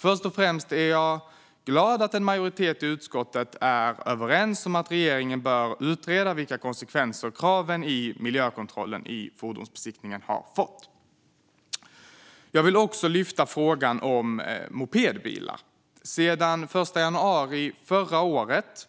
Först och främst är jag glad att en majoritet i utskottet är överens om att regeringen bör utreda vilka konsekvenser kraven i miljökontrollen i fordonsbesiktningen har fått. Jag vill också lyfta fram frågan om mopedbilar. Sedan den 1 januari förra året